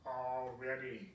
already